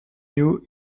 new